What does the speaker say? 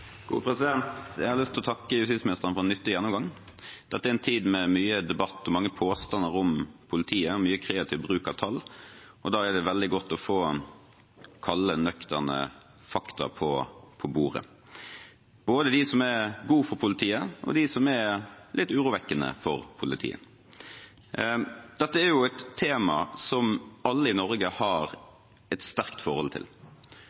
å takke justisministeren for en nyttig gjennomgang. Dette er en tid med mye debatt og mange påstander om politiet, og mye kreativ bruk av tall. Da er det veldig godt å få kalde, nøkterne fakta på bordet – både de som er gode for politiet, og de som er litt urovekkende for politiet. Dette er et tema som alle i Norge har et sterkt forhold til.